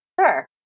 Sure